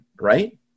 Right